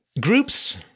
groups